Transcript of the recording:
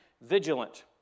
vigilant